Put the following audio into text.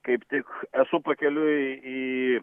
kaip tik esu pakeliui į